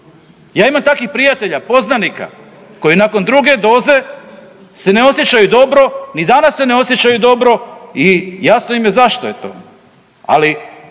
Ja imam takvih prijatelja i poznanika koji nakon druge doze se ne osjećaju dobro, ni danas se ne osjećaju dobro i jasno im je zašto je to.